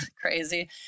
crazy